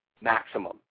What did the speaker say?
maximum